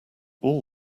all